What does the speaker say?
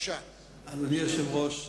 אדוני היושב-ראש,